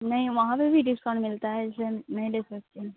नहीं वहाँ पर भी डिस्काउंट मिलता है इसलिए हम नहीं ले सकते हैं